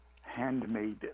handmade